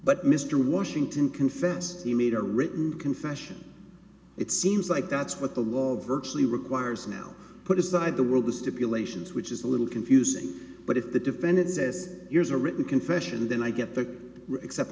mr washington confessed he made a written confession it seems like that's what the law virtually requires now put aside the world has stipulations which is a little confusing but if the defendant says here's a written confession then i get picked except